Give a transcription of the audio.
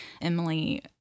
Emily